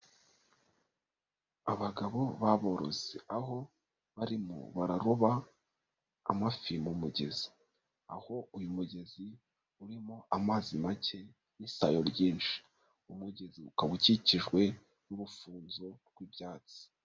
Abagabo baboroze, aho barimo bararoba amafi mu mugezi, aho uyu mugezi urimo amazi make n'isayo ryinshi, umugezi ukaba ukikijwe n'urufunzo rw'ibyatsi.